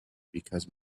because